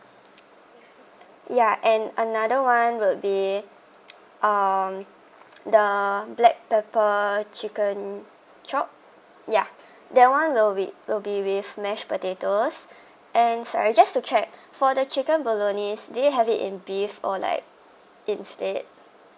yeah and another one will be um the black pepper chicken chop yeah that one will be will be with mashed potatoes and uh just to check for the chicken bolognese do you have it in beef or like instead